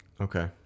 okay